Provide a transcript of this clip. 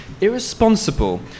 irresponsible